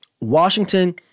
Washington